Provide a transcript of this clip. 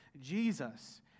Jesus